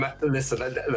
Listen